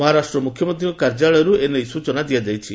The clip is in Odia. ମହାରାଷ୍ଟ୍ର ମୁଖ୍ୟମନ୍ତ୍ରୀଙ୍କ କାର୍ଯ୍ୟାଳୟରୁ ଏନେଇ ସୂଚନା ଦିଆଯାଇଛି